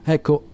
Ecco